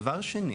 דבר שני,